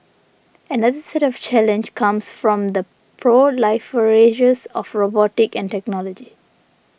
another set of challenge comes from the proliferations of robotics and technology